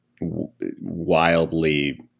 wildly